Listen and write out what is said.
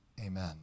Amen